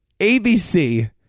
ABC